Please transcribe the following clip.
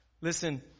Listen